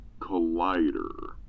Collider